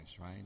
right